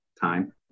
time